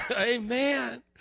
Amen